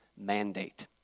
mandate